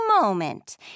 moment